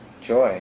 joy